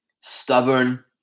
stubborn